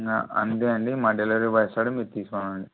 అంతే అండి మా డెలివరీ బాయ్ వస్తాడు మీరు తీసుకొండి